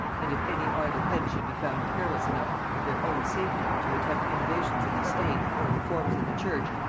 and if any idle heads should be found careless enough of their own safety to attempt innovations in the state, or reforms in the church,